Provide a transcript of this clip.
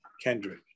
Kendrick